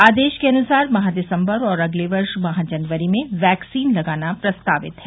आदेश के अनुसार माह दिसम्बर और अगले वर्ष माह जनवरी में वैक्सीन लगाना प्रस्तावित है